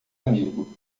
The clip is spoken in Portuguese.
amigo